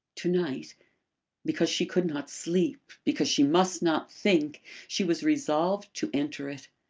to-night because she could not sleep because she must not think she was resolved to enter it.